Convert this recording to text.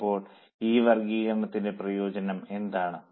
ഇപ്പോൾ ഈ വർഗ്ഗീകരണത്തിന്റെ പ്രയോജനം എന്താണ്